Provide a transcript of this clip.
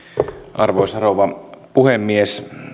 arvoisa rouva puhemies